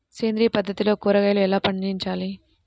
సేంద్రియ పద్ధతిలో కూరగాయలు ఎలా పండించాలి?